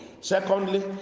Secondly